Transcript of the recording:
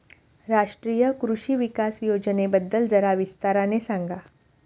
राष्ट्रीय कृषि विकास योजनेबद्दल जरा विस्ताराने सांगा